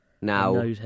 Now